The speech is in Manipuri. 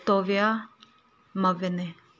ꯇꯣꯕꯤꯌꯥ ꯃꯥꯕꯦꯅꯦ